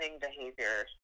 behavior